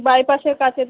বাইপাসের কাছে